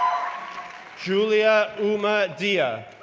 julia uma deere,